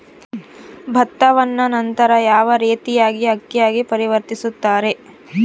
ಭತ್ತವನ್ನ ನಂತರ ಯಾವ ರೇತಿಯಾಗಿ ಅಕ್ಕಿಯಾಗಿ ಪರಿವರ್ತಿಸುತ್ತಾರೆ?